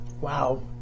Wow